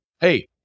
hey